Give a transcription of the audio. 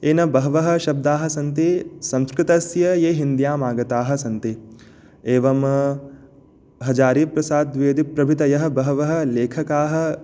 येन बहवः शब्दाः सन्ति संस्कृतस्य ये हिन्द्याम् आगताः सन्ति एवं हजारीप्रसाद् द्विवेदी प्रभृतयः बहवः लेखकाः